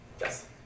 Yes